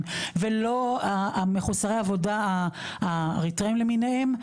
ולא מחוסרי ה- האריתראיים למיניהם,